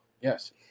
yes